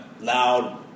loud